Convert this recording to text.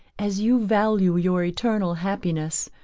as you value your eternal happiness,